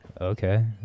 Okay